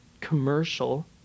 commercial